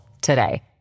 today